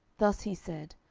thus he said,